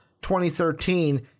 2013